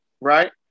right